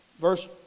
Verse